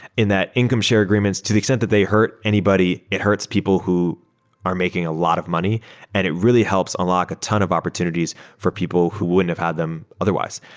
that income share agreements to the extent that they hurt anybody, it hurts people who are making a lot of money and it really helps unlock a ton of opportunities for people who wouldn't have had them otherwise.